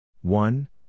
one